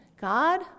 God